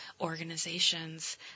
organizations